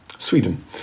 Sweden